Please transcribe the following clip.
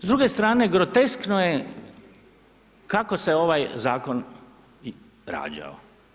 S druge strane groteskno je kako se ovaj zakon rađao.